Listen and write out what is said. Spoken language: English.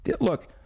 look